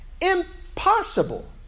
Impossible